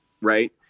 right